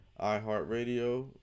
iHeartRadio